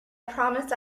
promise